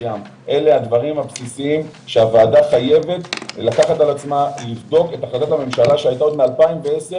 בעד עצמה והיא אומרת שנהריה חייבת לקבל את כל ההגנות המרביות.